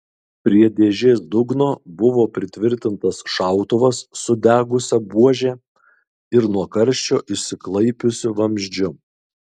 prie dėžės dugno buvo pritvirtintas šautuvas sudegusia buože ir nuo karščio išsiklaipiusiu vamzdžiu